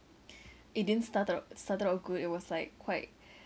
it didn't started out started out good it was like quite